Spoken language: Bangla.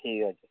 ঠিক আছে